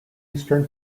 eastern